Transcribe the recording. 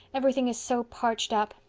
everything is so parched up.